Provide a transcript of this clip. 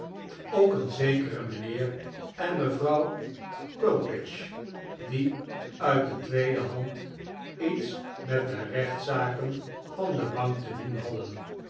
een zekere mijnheer en mevrouw gulpidge die uit de tweede hand iets met de rechtszaken van de bank te doen hadden